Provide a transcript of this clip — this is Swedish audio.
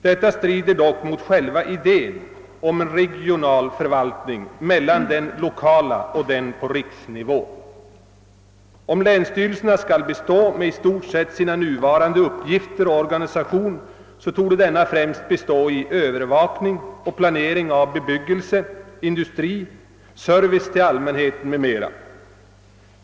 Detta strider dock mot själva idén om regional förvaltning mellan den lokala och den på riksnivån. Om länsstyrelserna skall bestå, skall de då i stort sett behålla nuvarande organisation och uppgifter, som väl främst består av övervakning och planering av bebyggelse och industri, service till allmänheten m.m.?